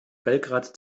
belgrad